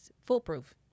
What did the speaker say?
foolproof